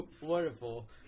Wonderful